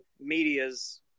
media's